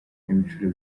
n’ibiciro